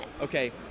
Okay